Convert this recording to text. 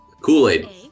Kool-Aid